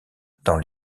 dans